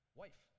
wife